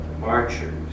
marchers